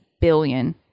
billion